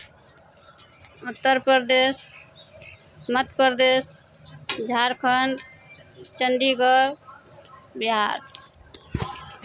Uttar Pradesh Madhya Pradesh Jharkhand Chandigarh Bihar